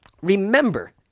Remember